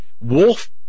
Wolf